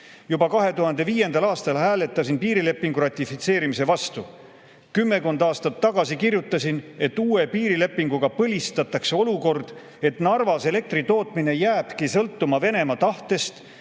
Juba 2005. aastal hääletasin piirilepingu ratifitseerimise vastu. Kümmekond aastat tagasi kirjutasin, et uue piirilepinguga põlistatakse olukord, et Narvas elektri tootmine jääbki sõltuma Venemaa tahtest,